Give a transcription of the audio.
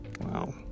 Wow